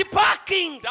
parking